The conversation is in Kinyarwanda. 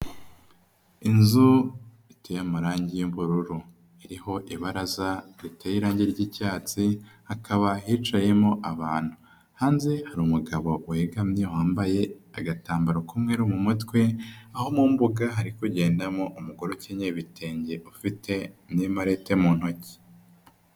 Inzu iteye amarangi y'ubururu, iriho ibaraza riteye irangi ry'icyatsi, hakaba hicayemo abantu, hanze hari umugabo wegamye wambaye agatambaro mu mutwe, naho mu mbuga hari kugendamo umugore ukenyeye ibitenge, ufite n'imarete mu ntoki.